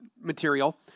material